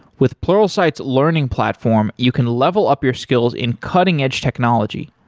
with pluralsight's learning platform, you can level up your skills in cutting edge technology,